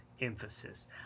emphasis